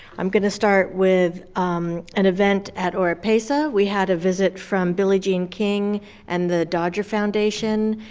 i'm gonna start with an event at oropeza, we had a visit from billie jean king and the dodger foundation,